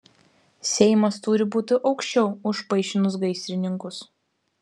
seimas turi būti aukščiau už paišinus gaisrininkus